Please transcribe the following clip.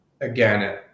again